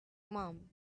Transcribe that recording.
mum